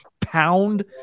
pound